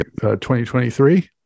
2023